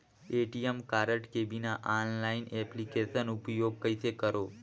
ATM card के बिना online application उपयोग कइसे करो?